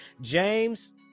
James